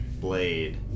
Blade